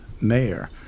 mayor